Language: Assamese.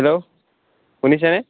হেল্ল' শুনিছেনে